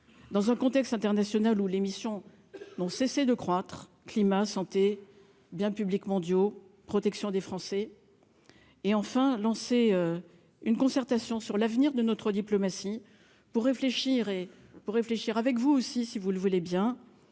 dans un contexte international où les missions n'ont cessé de croître- climat, santé, biens publics mondiaux, protection des Français ... Enfin, je lancerai une concertation sur l'avenir de notre diplomatie pour réfléchir, notamment avec vous, à